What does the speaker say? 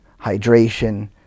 hydration